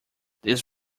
this